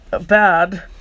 bad